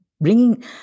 bringing